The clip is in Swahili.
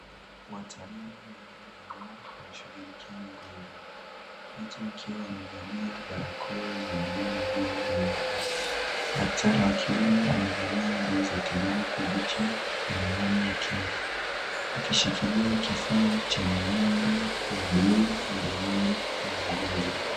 Wataalamu wawili wa meno wanashughulikia mgonjwa. Wote wakiwa wamevalia barakoa za buluu na glavu nyeupe. Daktari wa kiume amevalia nguo za kijani kibichi na miwani ya kinga. Akishikilia kifaa chenye mwanga wa buluu mdomoni mwa mgonjwa.